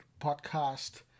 podcast